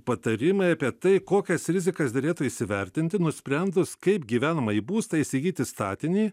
patarimai apie tai kokias rizikas derėtų įsivertinti nusprendus kaip gyvenamąjį būstą įsigyti statinį